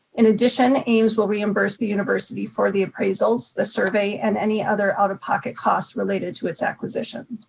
in addition, ames will reimburse the university for the appraisals, the survey and any other out-of-pocket costs related to its acquisition.